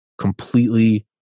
completely